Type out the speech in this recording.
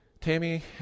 Tammy